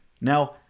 Now